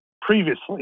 previously